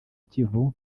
kivu